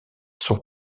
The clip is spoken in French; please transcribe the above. sont